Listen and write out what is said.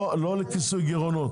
לא לכיסוי גירעונות,